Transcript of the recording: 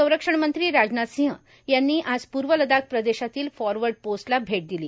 संरक्षणमंत्री राजनाथ सिंह यांनी आज पूर्व लडाख प्रदेशातील फॉरवर्ड पोस्टला भेट दिली